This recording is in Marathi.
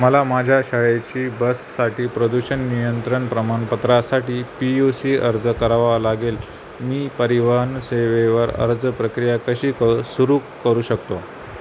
मला माझ्या शाळेची बससाठी प्रदूषण नियंत्रण प्रमाणपत्रासाठी पी यू सी अर्ज करावा लागेल मी परिवहन सेवेवर अर्ज प्रक्रिया कशी क सुरू करू शकतो